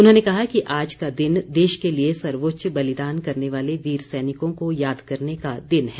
उन्होंने कहा कि आज का दिन देश के लिए सर्वोच्च बलिदान करने वाले वीर सैनिकों को याद करने का दिन है